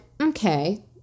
okay